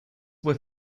were